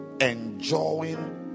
enjoying